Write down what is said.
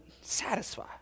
satisfy